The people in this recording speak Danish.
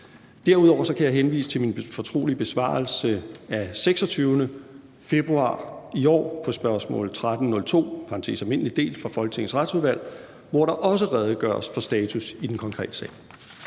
Derudover kan jeg henvise til min fortrolige besvarelse af 26. februar i år på spørgsmål 1.302, alm. del, for Folketingets Retsudvalg, hvor der også redegøres for status i den konkrete sag.